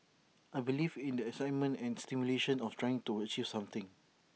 I believe in the excitement and stimulation of trying to achieve something